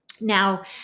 Now